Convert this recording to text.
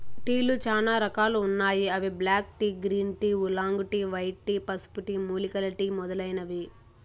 టీలు చానా రకాలు ఉన్నాయి అవి black tea, green tea, oolong tea, white tea, పసుపు టీ, మూలికల టీ మొదలైనవి